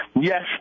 Yes